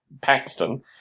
Paxton